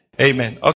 amen